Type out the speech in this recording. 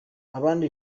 abandi